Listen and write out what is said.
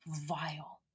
vile